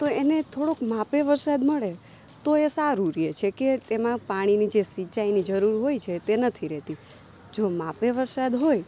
તો એને થોડોક માપે વરસાદ મળે તો એ સારું રહે છે કે એમાં પાણીની જે સિંચાઇની જરૂર હોય છે તે નથી રહેતી જો માપે વરસાદ હોય